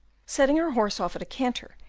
setting her horse off at a canter,